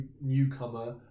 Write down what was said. newcomer